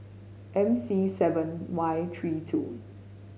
M C seven Y three two